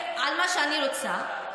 על מה שאני רוצה.